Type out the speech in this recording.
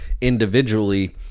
individually